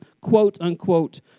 quote-unquote